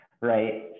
right